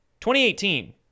2018